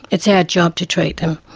it's our job to treat them.